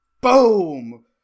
boom